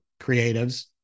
creatives